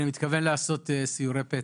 אני מתכוון לעשות סיורי פתע.